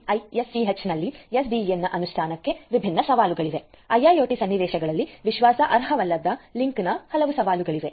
6TiSCH ನಲ್ಲಿ SDN ಅನುಷ್ಠಾನಕ್ಕೆ ವಿಭಿನ್ನ ಸವಾಲುಗಳಿವೆ IIoT ಸನ್ನಿವೇಶಗಳಲ್ಲಿ ವಿಶ್ವಾಸಾರ್ಹವಲ್ಲದ ಲಿಂಕ್ನ ಹಲವು ಸವಾಲುಗಳು